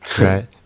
Right